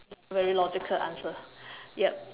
very logical answer yup